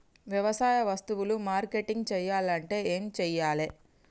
వ్యవసాయ వస్తువులు మార్కెటింగ్ చెయ్యాలంటే ఏం చెయ్యాలే?